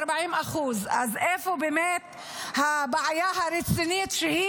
40%. אז איפה באמת הבעיה הרצינית שהיא